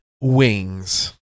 wings